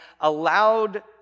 allowed